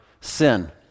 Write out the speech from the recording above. sin